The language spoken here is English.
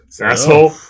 asshole